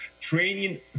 training